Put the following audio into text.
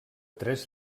tres